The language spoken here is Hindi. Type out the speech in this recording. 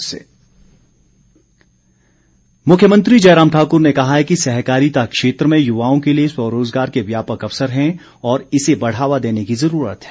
मुख्यमंत्री मुख्यमंत्री जयराम ठाकुर ने कहा है कि सहकारिता क्षेत्र में युवाओं के लिए स्वरोजगार के व्यापक अवसर हैं और इसे बढ़ावा देने की ज़रूरत है